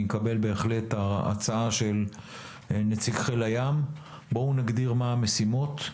אני מקבל את ההצעה של נציג חיל הים בואו נגדיר מה המשימות,